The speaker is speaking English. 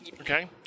okay